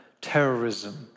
terrorism